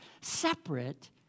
separate